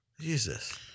Jesus